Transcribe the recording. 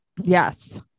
Yes